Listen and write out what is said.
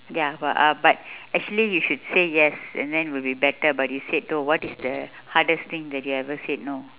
ya but uh but actually you should say yes and then will be better but you said no what is the hardest thing that you ever said no